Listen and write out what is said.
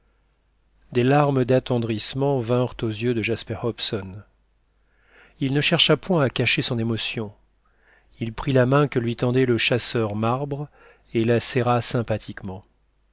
des larmes d'attendrissement vinrent aux yeux de jasper hobson il ne chercha point à cacher son émotion il prit la main que lui tendait le chasseur marbre et la serra sympathiquement